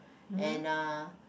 and uh